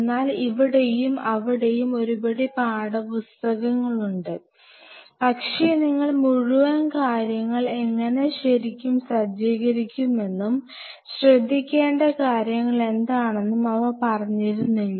എന്നാൽ ഇവിടെയും അവിടെയും ഒരുപിടി പാഠപുസ്തകങ്ങളുണ്ട് പക്ഷേ നിങ്ങൾ മുഴുവൻ കാര്യങ്ങൾ എങ്ങനെ ശരിക്കും സജ്ജീകരിക്കുമെന്നും ശ്രേദ്ധിക്കേണ്ട കാര്യങ്ങൾ എന്താണെന്നും അവ പറഞ്ഞിരുന്നില്ല